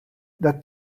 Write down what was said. that